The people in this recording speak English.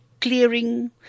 Clearing